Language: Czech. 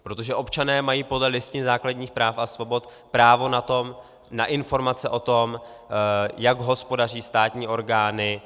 Protože občané mají podle Listiny základních práv a svobod právo na informace o tom, jak hospodaří státní orgány.